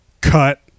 Cut